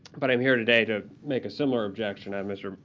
but i'm here today to make a similar objection on mr.